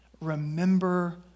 Remember